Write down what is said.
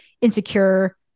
insecure